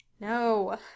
No